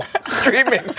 streaming